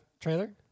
trailer